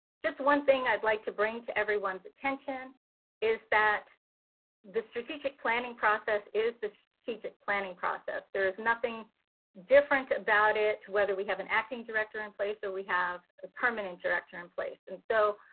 just one thing i'd like to bring to everyone's attention is that the strategic planning process is the strategic planning process. there is nothing nothing different about it whether we have an acting director in place or we have permanent director in place. and so,